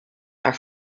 are